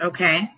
Okay